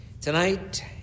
Tonight